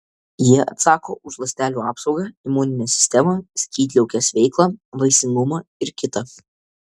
jie atsako už ląstelių apsaugą imuninę sistemą skydliaukės veiklą vaisingumą ir kita